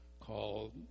called